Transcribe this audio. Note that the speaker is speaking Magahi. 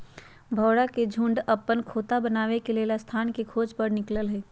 भौरा के झुण्ड अप्पन खोता बनाबे लेल स्थान के खोज पर निकलल हइ